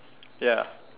ya